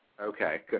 Okay